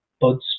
buds